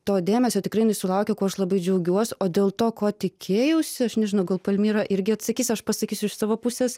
to dėmesio tikrai jinai sulaukė kuo aš labai džiaugiuosi o dėl to ko tikėjausi aš nežinau gal palmyra irgi atsakys aš pasakysiu iš savo pusės